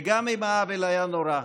וגם אם העוול היה נורא,